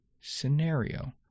scenario